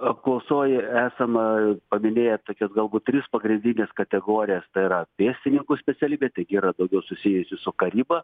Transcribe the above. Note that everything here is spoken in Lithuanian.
apklausoj esame paminėję tokias galbūt tris pagrindines kategorijas tai yra pėstininkų specialybė taigi yra daugiau susijusi su karyba